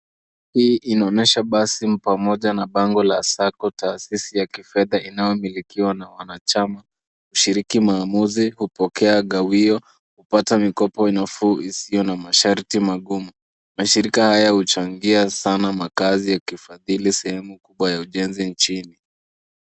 Hii inaonyesha basi pamoja na bango la sacco . Taasisi ya kifedha inayomilikiwa na wanachama kushiriki maauzi, kupokea gawio, kupata mikopo nafuu isiyo na masharti magumu. Mashirika haya huchangia sana makaazi ya kifadhili wa sehemu kubwa nchini.